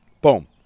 Boom